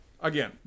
Again